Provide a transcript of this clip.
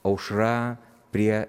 aušra prie